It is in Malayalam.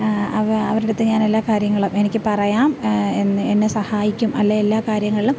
അവരുടെ അടുത്ത് ഞാൻ എല്ലാ കാര്യങ്ങളും എനിക്ക് പറയാം എന്ന് എന്നെ സഹായിക്കും അല്ലെങ്കിൽ എല്ലാ കാര്യങ്ങളിലും